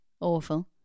Awful